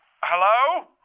hello